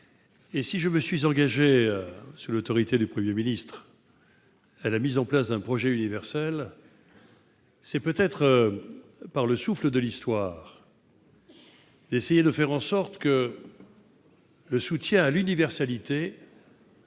Si je me suis engagé, sous l'autorité du Premier ministre, dans la mise en place d'un projet universel, c'est peut-être porté par le souffle de l'histoire, pour essayer de faire en sorte que le soutien de l'universalité